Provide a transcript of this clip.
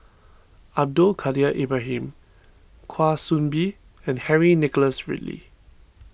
Abdul Kadir Ibrahim Kwa Soon Bee and Henry Nicholas Ridley